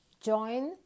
join